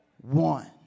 One